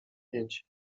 pięć